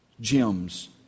gems